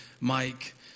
Mike